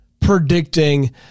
predicting